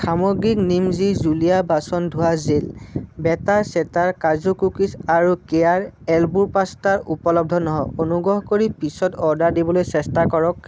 সামগ্ৰী নিম ইজি জুলীয়া বাচন ধোৱা জেল বেটাৰ চেটাৰ কাজু কুকিজ আৰু কেয়াৰ এল্বো পাস্তা উপলব্ধ নহয় অনুগ্ৰহ কৰি পিছত অৰ্ডাৰ দিবলৈ চেষ্টা কৰক